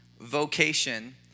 vocation